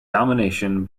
domination